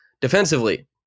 defensively